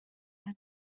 had